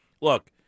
look